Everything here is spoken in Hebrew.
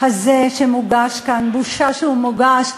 הזה שמוגש כאן, בושה שהוא מוגש.